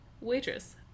waitress